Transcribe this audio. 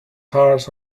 harsh